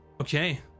Okay